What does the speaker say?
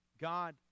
God